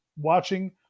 watching